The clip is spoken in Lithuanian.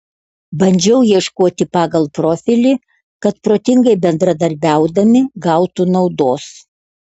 bandžiau ieškoti pagal profilį kad protingai bendradarbiaudami gautų naudos